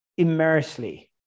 immersely